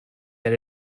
that